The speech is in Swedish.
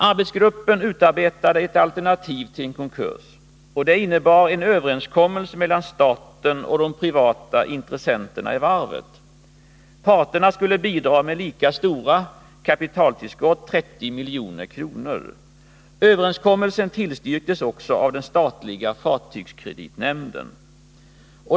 Arbetsgruppen utarbetade ett alternativ till en konkurs, och det innebar en överenskommelse mellan staten och de privata intressenterna i varvet. Parterna skulle bidra med lika stora kapitaltillskott, nämligen 30 milj.kr. Överenskommelsen tillstyrktes också av den statliga fartygskreditnämnden.